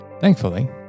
Thankfully